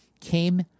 came